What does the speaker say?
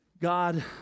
God